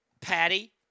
Patty